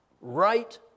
right